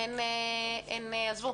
הן עזבו.